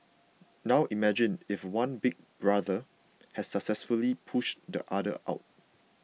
now imagine if one Big Brother has successfully pushed the other out